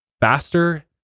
faster